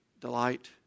delight